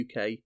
UK